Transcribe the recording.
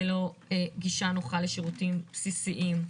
ללא גישה נוחה לשירותים בסיסיים.